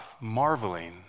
marveling